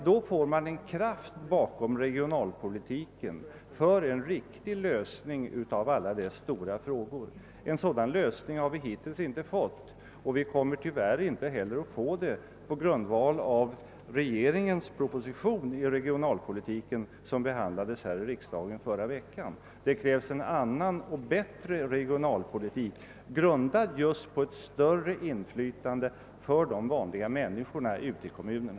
Då får man nämligen kraft bakom regionalpolitiken för en varaktig lösning av alla dessa stora frågor, En sådan lösning har vi hittills inte fått, och vi får den tyvärr inte heller på grundval av regeringspropositionen i fråga: om regionalpolitiken, som behandlades här i riksdagen i förra veckan. Det krävs en annan och bättre regionalpolitik, grundad på ett större inflytande för de vanliga människorna i kommunerna.